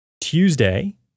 Tuesday